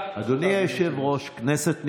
אדוני היושב-ראש, כנסת נכבדה,